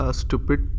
stupid